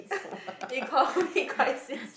economic crisis